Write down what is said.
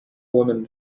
woman